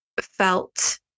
felt